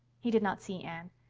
he did not see anne.